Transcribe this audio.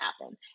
happen